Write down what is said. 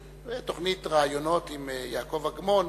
בתוכנית ראיונות עם יעקב אגמון,